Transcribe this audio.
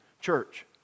Church